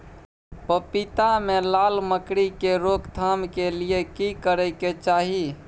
पपीता मे लाल मकरी के रोक थाम के लिये की करै के चाही?